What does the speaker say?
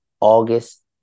August